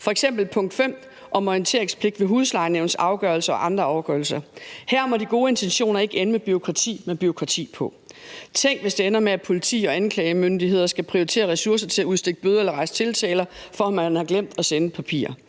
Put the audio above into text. punkt 5 om orienteringspligt ved huslejenævnsafgørelser og andre afgørelser. Her må de gode intentioner ikke ende i bureaukrati med bureaukrati på. Tænk, hvis det ender med, at politi og anklagemyndigheder skal prioritere ressourcer til at udstede bøder eller rejse tiltaler for, at man har glemt at sende kopier.